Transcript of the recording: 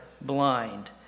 blind